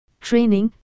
training